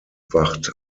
wacht